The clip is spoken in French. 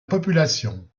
population